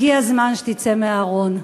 הגיע הזמן שתצא מהארון.